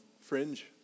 fringe